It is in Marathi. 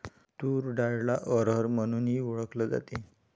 तूर डाळला अरहर म्हणूनही ओळखल जाते